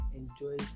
enjoy